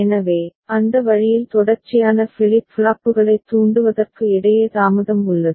எனவே அந்த வழியில் தொடர்ச்சியான ஃபிளிப் ஃப்ளாப்புகளைத் தூண்டுவதற்கு இடையே தாமதம் உள்ளது